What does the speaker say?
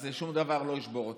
אז שום דבר לא ישבור אותנו.